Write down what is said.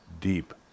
deep